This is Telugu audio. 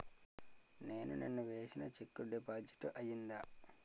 నేను నిన్న వేసిన చెక్ డిపాజిట్ అయిందా?